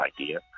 idea